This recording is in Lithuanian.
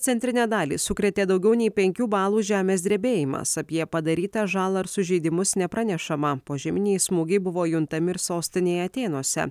centrinę dalį sukrėtė daugiau nei penkių balų žemės drebėjimas apie padarytą žalą ar sužeidimus nepranešama požeminiai smūgiai buvo juntami ir sostinėje atėnuose